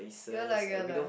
ya lah ya lah